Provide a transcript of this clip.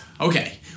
Okay